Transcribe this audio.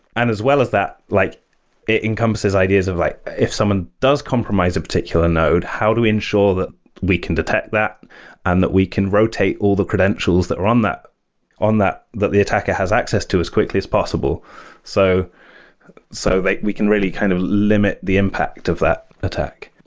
and as well as that like it encompasses ideas of like if someone does compromise a particular node, how do we ensure that we can detect that and that we can rotate all the credentials that are on that that that the attacker has access to as quickly as possible so so that we can really kind of limit the impact of that attack?